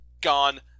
gone